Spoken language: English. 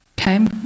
Okay